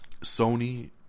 Sony